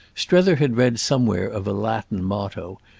strether had read somewhere of a latin motto,